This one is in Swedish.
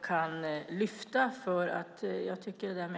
kan lyfta fram.